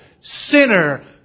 sinner